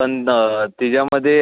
पण त्याच्यामध्ये